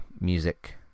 music